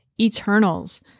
Eternals